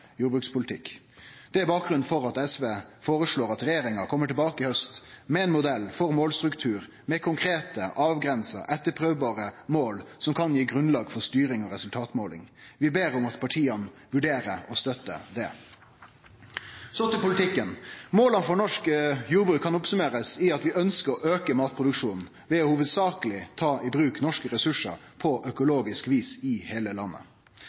jordbrukspolitikk. Det er bakgrunnen for at SV føreslår at regjeringa kjem tilbake i haust med ein modell for målstruktur med konkrete, avgrensa, etterprøvbare mål som kan gi grunnlag for styring og resultatmåling. Vi ber om at partia vurderer å støtte det. Så til politikken: Måla for norsk jordbruk kan summerast opp i at vi ønskjer å auke matproduksjonen ved hovudsakeleg å ta i bruk norske ressursar på økologisk vis i heile landet.